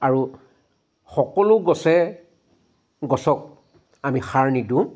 আৰু সকলো গছে গছক আমি সাৰ নিদোঁ